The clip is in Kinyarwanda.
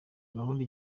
gahunda